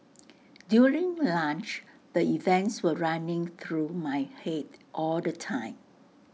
during lunch the events were running through my Head all the time